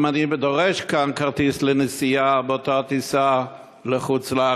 אם אני דורש כאן כרטיס לנסיעה באותה טיסה לחוץ-לארץ,